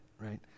right